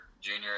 junior